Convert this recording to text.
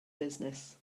business